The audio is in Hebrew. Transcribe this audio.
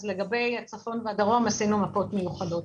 אז לגבי הצפון והדרום עשינו מפות מיוחדות.